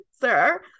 sir